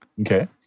Okay